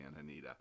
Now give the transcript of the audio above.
Anita